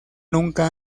nunca